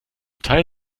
teil